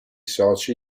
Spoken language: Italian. soci